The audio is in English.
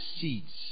seeds